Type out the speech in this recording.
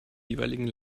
jeweiligen